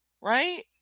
right